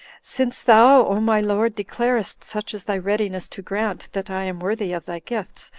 since thou, o my lord! declarest such is thy readiness to grant, that i am worthy of thy gifts,